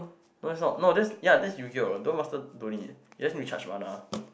no it's not no that's ya that's Yu-Gi-Oh Duel-Master don't need you just need to charge mana